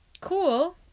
cool